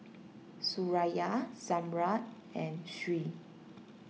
Suraya Zamrud and Sri